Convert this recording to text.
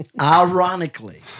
Ironically